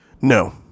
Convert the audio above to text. No